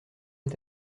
est